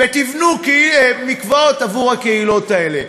ותבנו מקוואות עבור הקהילות האלה,